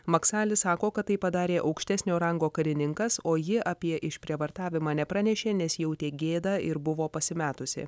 maksali sako kad tai padarė aukštesnio rango karininkas o ji apie išprievartavimą nepranešė nes jautė gėdą ir buvo pasimetusi